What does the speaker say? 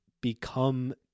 become